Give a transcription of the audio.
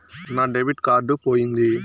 నా debit card పోయింది